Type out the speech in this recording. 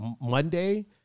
Monday